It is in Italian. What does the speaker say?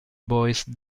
boys